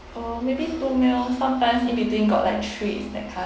uh maybe two meal sometimes in between got like treat that kind